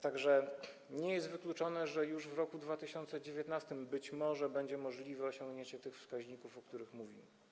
Tak że nie jest wykluczone, że już w roku 2019 być może będzie możliwe osiągnięcie tych wskaźników, o których mówimy.